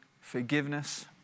forgiveness